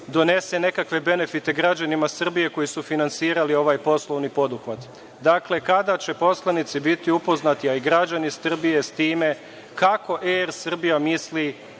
donese nekakve benefite građanima Srbije koji su finansirali ovaj poslovni poduhvat? Dakle, kada će poslanici biti upoznati, a i građani Srbije, s time kao „Er Srbija“ misli